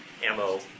ammo